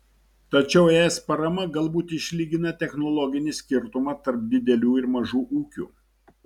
tačiau es parama galbūt išlygina technologinį skirtumą tarp didelių ir mažų ūkių